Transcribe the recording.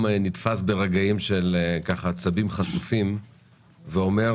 נתפס לפעמים ברגעים של עצבים חשופים ואומר